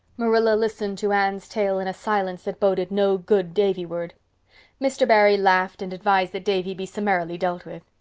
marilla listened to anne's tale in a silence that boded no good davy-ward mr. barry laughed and advised that davy be summarily dealt with.